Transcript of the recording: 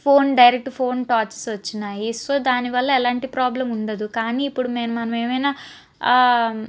phone direct phones torches వచ్చినాయి so దానివల్ల ఏలాంటి ప్రాబ్లం ఉండదు కానీ ఇప్పుడు మేము మనం ఏమైన